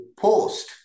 post